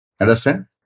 Understand